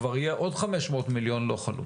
כבר יהיה עוד חמש מאות מיליון לא חלוט.